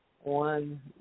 one